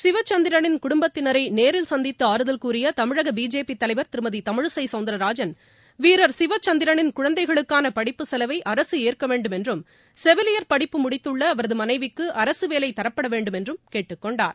சிவச்சந்திரனின் குடும்பத்தினரை நேரில் சந்தித்து ஆறுதல் கூறிய தமிழக பிஜேபி தலைவர் திருமதி தமிழிசை சவுந்திரராஜன் வீரர் சிவச்சந்திரனின் குழந்தைகளுக்கான படிப்பு செலவை அரசு ஏற்க வேண்டும் என்றும் செவிலியர் படிப்பு முடித்துள்ள அவரது மனைவிக்கு அரசு வேலை தரப்பட வேண்டும் என்றும் கேட்டுக் கொண்டார்